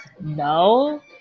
No